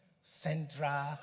central